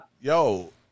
yo